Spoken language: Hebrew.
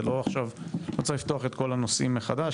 לא צריך לפתוח את כל הנושאים מחדש,